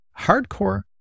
hardcore